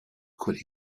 could